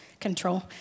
Control